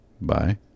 Bye